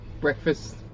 breakfast